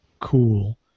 cool